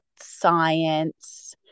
science